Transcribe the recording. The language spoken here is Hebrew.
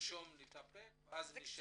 לרשום ולהתאפק ואז לשאול.